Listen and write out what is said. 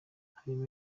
harimo